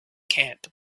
camp